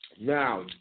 Now